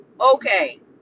okay